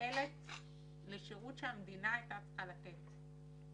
שמופעלת לשרות שהמדינה היתה צריכה לתת.